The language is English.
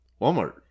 Walmart